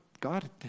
God